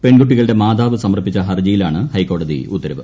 പെൺകുട്ടികളുടെ മാതാവ് സമർപ്പിച്ച ഹർജിയിലാണ് ഹൈക്കോടതി ഉത്തരവ്